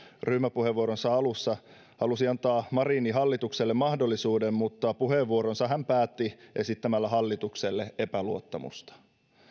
ryhmäpuheenvuoronsa alussa halusi antaa marinin hallitukselle mahdollisuuden mutta päätti puheenvuoronsa esittämällä hallitukselle epäluottamusta